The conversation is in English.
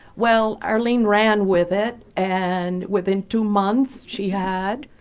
well, arlene ran with it and within two months she had,